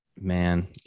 Man